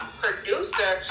producer